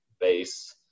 base